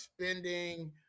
spending